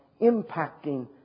impacting